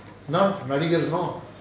ya ya